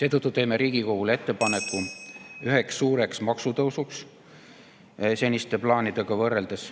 Seetõttu teeme Riigikogule ettepaneku üheks suureks maksutõusuks seniste plaanidega võrreldes.